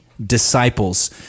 Disciples